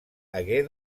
hagué